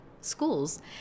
schools